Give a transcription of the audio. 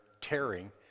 tearing